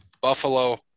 Buffalo